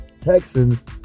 Texans